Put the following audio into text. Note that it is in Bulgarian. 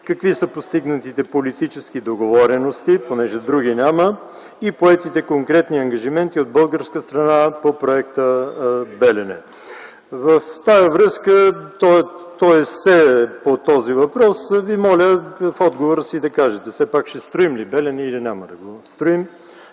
какви са постигнатите политически договорености, понеже други няма, и поетите конкретни ангажименти от българска страна по проекта „Белене”? В тази връзка, то е все по този въпрос, Ви моля в отговора си да кажете все пак ще строим ли „Белене” или няма да го строим?